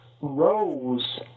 rose